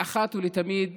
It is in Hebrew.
אחת ולתמיד